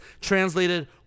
translated